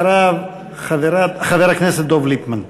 אחריו, חבר הכנסת דב ליפמן.